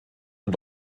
und